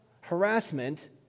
harassment